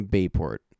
Bayport